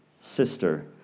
sister